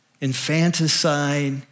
infanticide